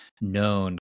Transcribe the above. known